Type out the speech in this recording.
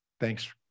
Thanks